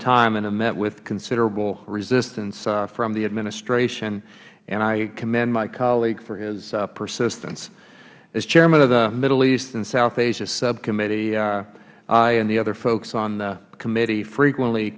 have met with considerable resistance from the administration and i commend my colleague for his persistence as chairman of the middle east and south asia subcommittee i and the other folks on the committee frequently